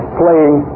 playing